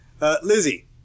Lizzie